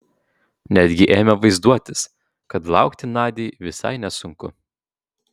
netgi ėmė vaizduotis kad laukti nadiai visai nesunku